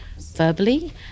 verbally